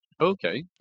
Okay